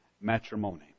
matrimony